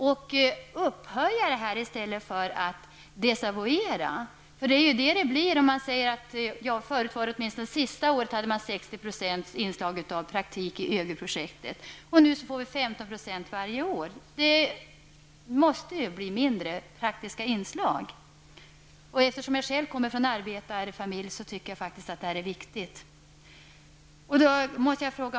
Det är något som skall uppmuntras och inte desavoeras. Tidigare hade eleverna i ÖGY-projektet åtminstone 60 procents praktik det sista året. Nu får de 15 procents praktik varje år. Det blir alltså mindre praktiska inslag i undervisningen. Jag kommer själv från en arbetarfamilj och tycker att praktik är viktigt.